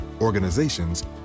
organizations